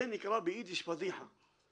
זה נקרא באידיש, פדיחה.